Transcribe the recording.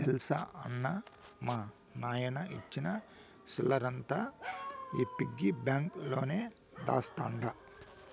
తెల్సా అన్నా, మా నాయన ఇచ్చిన సిల్లరంతా ఈ పిగ్గి బాంక్ లోనే దాస్తండ